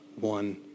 one